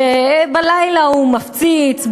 שבלילה הוא מפציץ,